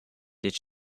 did